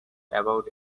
about